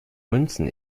münzen